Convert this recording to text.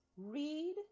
Read